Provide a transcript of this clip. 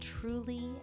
truly